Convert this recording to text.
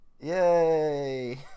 Yay